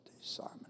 Simon